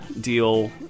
deal